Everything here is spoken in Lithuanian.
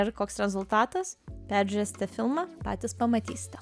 ir koks rezultatas peržiūrėsite filmą patys pamatysite